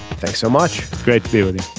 thanks so much. great to be with you